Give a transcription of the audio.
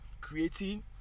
creating